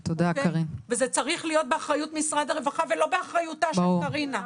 וזה צריך להיות באחריות משרד הרווחה ולא באחריותה של קרינה.